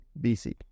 BC